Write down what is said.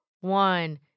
one